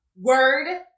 Word